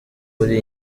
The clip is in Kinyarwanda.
uri